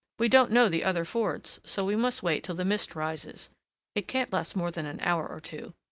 we don't know the other fords. so we must wait till the mist rises it can't last more than an hour or two.